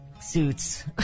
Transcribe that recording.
suits